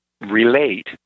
relate